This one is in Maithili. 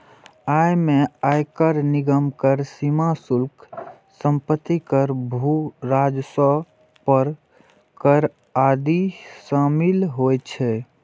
अय मे आयकर, निगम कर, सीमा शुल्क, संपत्ति कर, भू राजस्व पर कर आदि शामिल होइ छै